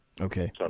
Okay